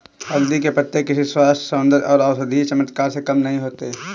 हल्दी के पत्ते किसी स्वास्थ्य, सौंदर्य और औषधीय चमत्कार से कम नहीं होते